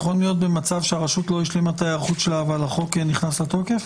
יכול להיות מצב שהרשות לא השלימה את ההיערכות שלה אבל החוק נכנס לתוקף?